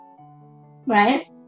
Right